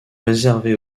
réservé